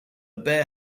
bare